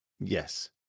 Yes